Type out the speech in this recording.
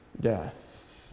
death